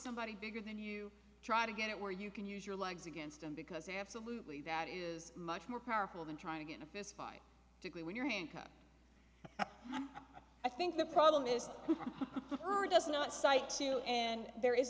somebody bigger than you try to get it where you can use your legs against him because absolutely that is much more powerful than trying to get a fist fight to be when you're hanka i think the problem is does not cite and there is